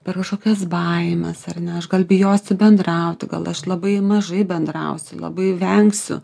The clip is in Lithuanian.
per kažkokias baimes ar ne aš gal bijosiu bendrauti gal aš labai mažai bendrausiu labai vengsiu